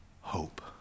hope